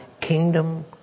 kingdom